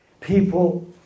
People